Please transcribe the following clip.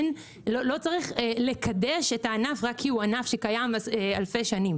לא צריך לקדש את הענף רק כי הוא ענף שקיים אלפי שנים.